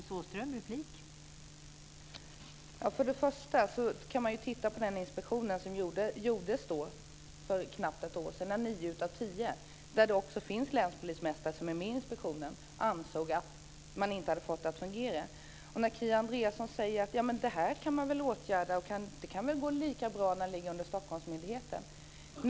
Fru talman! För det första kan man titta på den inspektion som gjordes för knappt ett år sedan där nio av tio - och det fanns också länspolismästare med i inspektionen - ansåg att man inte hade fått det att fungera. Kia Andreasson säger att det här kan man väl åtgärda, det kan väl gå lika bra när det ligger under Stockholmsmyndigheten.